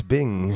Bing